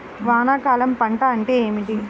వానాకాలం పంట అంటే ఏమిటి?